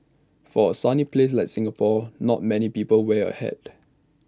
for A sunny place like Singapore not many people wear A hat